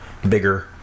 bigger